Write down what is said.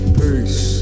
Peace